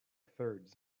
thirds